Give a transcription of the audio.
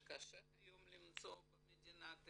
שקשה היום למצוא במדינת ישראל.